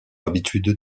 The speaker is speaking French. habitude